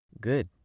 Good